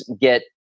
get